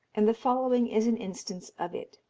and the following is an instance of it.